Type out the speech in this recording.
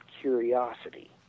curiosity